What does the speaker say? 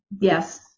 Yes